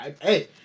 Hey